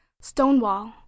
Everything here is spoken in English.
Stonewall